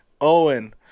owen